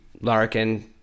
Larkin